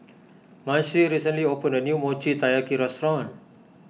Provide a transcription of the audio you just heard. Marcie recently opened a new Mochi Taiyaki restaurant